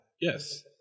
Yes